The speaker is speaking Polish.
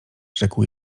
rzekł